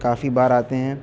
کافی بار آتے ہیں